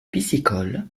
piscicole